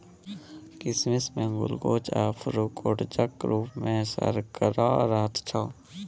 किसमिश मे ग्लुकोज आ फ्रुक्टोजक रुप मे सर्करा रहैत छै